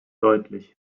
deutlich